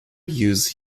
used